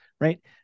right